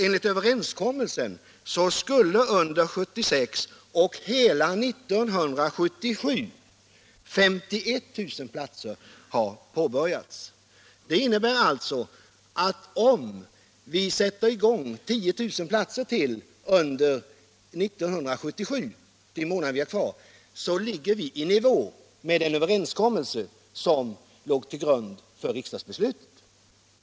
Enligt överenskommelsen skulle under 1976 och hela 1977 51 000 platser ha påbörjats. Det innebär alltså att om vi sätter i gång arbetet med 10 000 platser till under de månader vi har kvar av år 1977, så ligger vi i nivå med den överenskommelse som var grunden för riksdagsbeslutet.